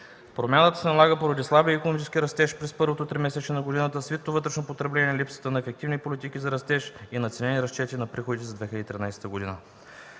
Промяната се налага поради слабия икономически растеж през първото тримесечие на година, свитото вътрешно потребление, липсата на ефективни политики за растеж и надценени разчети на приходите за 2013 г.